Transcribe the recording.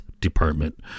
department